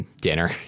Dinner